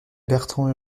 bertrand